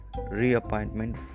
reappointment